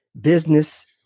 business